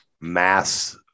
mass